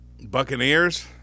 Buccaneers